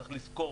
צריך לזכור.